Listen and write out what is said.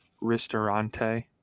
Ristorante